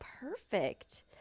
perfect